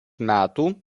metų